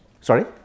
Sorry